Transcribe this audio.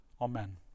amen